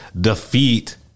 defeat